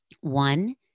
One